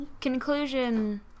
conclusion